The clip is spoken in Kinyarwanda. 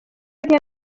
rya